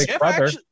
Jeff